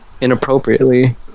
inappropriately